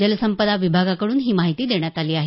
जलसंपदा विभागाकडून ही माहिती देण्यात आली आहे